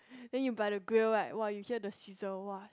then you by the grill right !wah! you hear the sizzle !wah!